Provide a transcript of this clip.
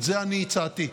את זה אני הצעתי.